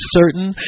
certain